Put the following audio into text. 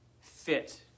fit